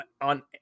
on